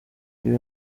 ibi